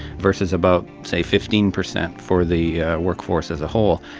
versus about, say, fifteen percent for the workforce as a whole.